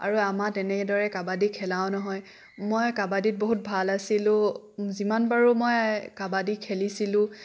আৰু আমাৰ তেনেদৰে কাবাডী খেলাও নহয় মই কাবাডীত বহুত ভাল আছিলোঁ যিমান পাৰোঁ মই কাবাডী খেলিছিলোঁ